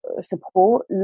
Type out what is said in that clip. support